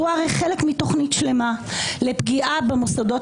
זה הרי חלק מתוכנית שלמה לפגיעה במוסדות